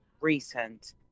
recent